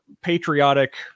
patriotic